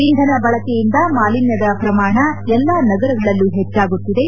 ಇಂಧನ ಬಳಕೆಯಿಂದ ಮಾಲಿನ್ನದ ಪ್ರಮಾಣ ಎಲ್ಲಾ ನಗರಗಳಲ್ಲೂ ಹೆಚ್ಚಾಗುತ್ತಿದೆ